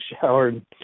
showered